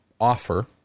offer